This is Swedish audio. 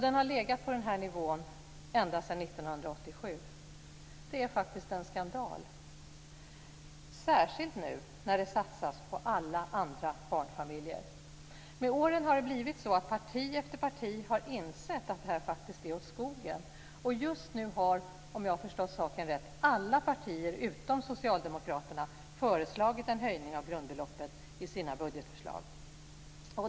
Det har legat på den nivån sedan 1987. Det är faktiskt en skandal, särskilt nu när det satsas på alla andra barnfamiljer. Med åren har det blivit så att parti efter parti har insett att det här faktiskt är åt skogen. Just nu har, om jag har förstått saken rätt, alla partier utom socialdemokraterna föreslagit en höjning av grundbeloppet i sina budgetförslag.